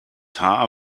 haar